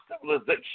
civilization